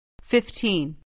Fifteen